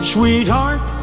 Sweetheart